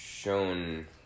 Shown